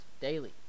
daily